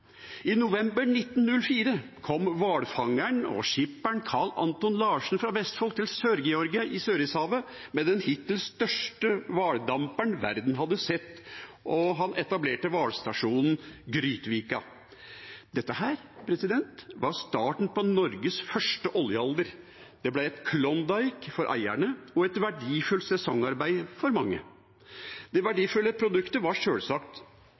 I november 1904 kom hvalfangeren og skipperen Carl Anton Larsen fra Vestfold til Sør-Georgia i Sørishavet med den hittil største hvaldamperen verden hadde sett, og han etablerte hvalstasjonen Grytviken. Dette var starten på Norges første oljealder. Det ble et Klondike for eierne og et verdifullt sesongarbeid for mange. Det verdifulle produktet var sjølsagt